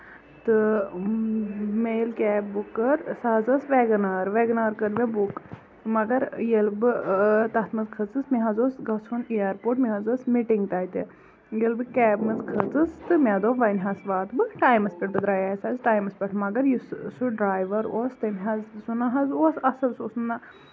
تہٕ مےٚ ییٚلہِ کیب بُک کٔر سۄ حظ ٲس ویگَن آر ویگَن آر کٔر مےٚ بُک مَگر ییٚلہِ بہٕ تَتھ منٛز کھٔژٕس مےٚ حظ اوس گژھُن اِیر پورٹ مےٚ حظ ٲس مِٹَنگ تَتہِ ییٚلہِ بہٕ کیب منٛز کھٔژس تہٕ مےٚ دوٚپ وۄنۍ حظ واتہٕ بہٕ ٹایمَس پٮ۪ٹھ بہٕ درایایس آز ٹایمَس پٮ۪ٹھ مَگر یُس سُہ ڈرایور اوس تٔمۍ حظ سُہ نہ حظ اوس اَصٕل سُہ اوس نَہ